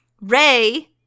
Ray